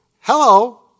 Hello